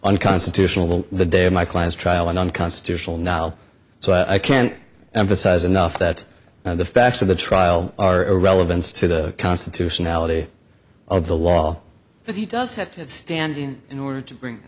unconstitutional the day of my client's trial and unconstitutional knol so i can't emphasize enough that the facts of the trial are irrelevant to the constitutionality of the wall but he does have standing in order to bring